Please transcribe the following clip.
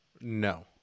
No